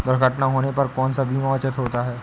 दुर्घटना होने पर कौन सा बीमा उचित होता है?